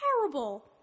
Terrible